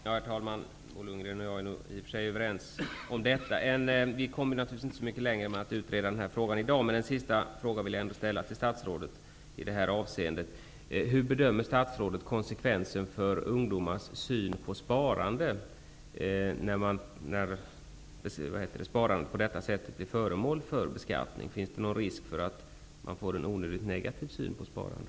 Herr talman! Bo Lundgren och jag är i och för sig överens. Vi kommer naturligtvis inte mycket längre genom att utreda frågan i dag. Men jag vill ställa en sista fråga till statsrådet i det här avseendet. Hur bedömer statsrådet konsekvensen för ungdomars syn på sparande när sparandet på detta sätt blir föremål för beskattning? Finns det någon risk för en onödigt negativ syn på sparande?